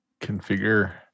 configure